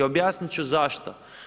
Objasniti ću zašto.